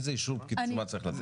איזה אישור פקיד שומה צריך לזה?